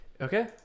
Okay